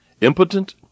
impotent